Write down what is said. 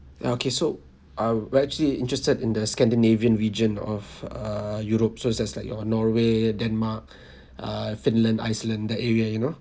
okay so I would would actually interested in the scandinavian region of err europe so it's just like your norway denmark err finland iceland that area you know